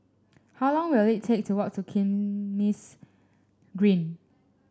how long will it take to walk to Kismis Green